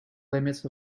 limits